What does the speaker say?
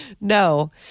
No